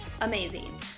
amazing